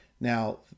Now